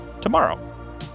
tomorrow